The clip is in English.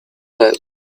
hope